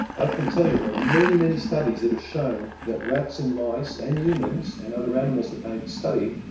i can tell you, there are many, many studies that have shown that rats and mice and humans, and other animals that they've studied,